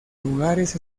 lugares